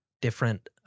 different